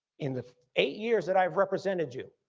in the eight years that i've represented you,